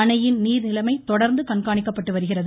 அணையின் நீர் நிலைமை தொடர்ந்து கண்காணிக்கப்பட்டு வருகிறது